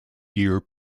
year